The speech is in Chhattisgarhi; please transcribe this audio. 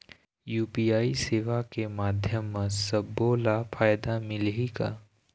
यू.पी.आई सेवा के माध्यम म सब्बो ला फायदा मिलही का?